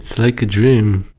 like a dream